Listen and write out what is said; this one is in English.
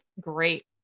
great